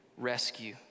Rescue